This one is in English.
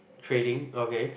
trading okay